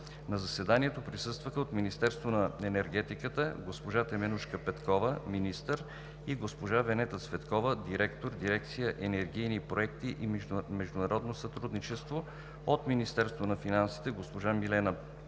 На заседанието присъстваха: от Министерството на енергетиката – госпожа Теменужка Петкова – министър, и госпожа Венета Цветкова – директор на дирекция „Енергийни проекти и международно сътрудничество“; от Министерството на финансите – госпожа Милена Благоева